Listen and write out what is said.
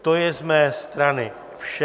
To je z mé strany vše.